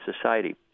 society